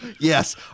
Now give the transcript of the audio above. yes